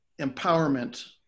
empowerment